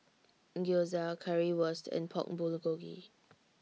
Gyoza Currywurst and Pork Bulgogi